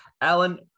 Alan